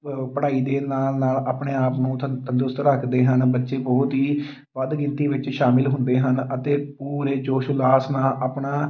ਅ ਪੜ੍ਹਾਈ ਦੇ ਨਾਲ ਨਾਲ ਆਪਣੇ ਆਪ ਨੂੰ ਤੰਦ ਤੰਦਰੁਸਤ ਰੱਖਦੇ ਹਨ ਬੱਚੇ ਬਹੁਤ ਹੀ ਵੱਧ ਗਿਣਤੀ ਵਿੱਚ ਸ਼ਾਮਿਲ ਹੁੰਦੇ ਹਨ ਅਤੇ ਪੂਰੇ ਜੋਸ਼ ਉਲਾਸ ਨਾਲ ਆਪਣਾ